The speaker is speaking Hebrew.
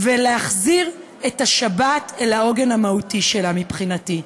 ולהחזיר את השבת אל העוגן המהותי שלה מבחינתי.